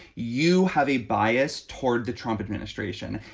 you have a bias toward the trump administration.